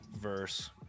verse